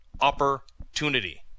opportunity